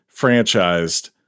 franchised